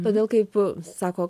todėl kaip sako